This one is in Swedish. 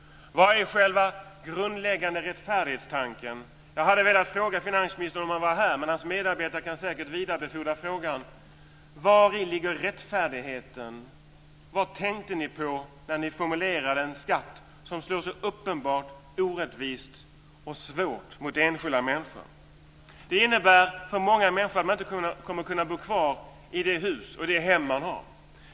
Vilken är själva grundläggande rättfärdighetstanken? Jag hade velat fråga finansministern om han hade varit här, men hans medarbetare kan säkert vidarebefordra frågan: Vari ligger rättfärdigheten? Vad tänkte ni på när ni formulerade en skatt som slår så uppenbart orättvist och svårt mot enskilda människor? Den innebär för många människor att de inte kommer att kunna bo kvar i det hus och det hem som man har.